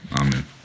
Amen